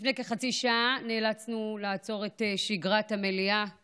לפני כחצי שעה נאלצנו לעצור את שגרת המליאה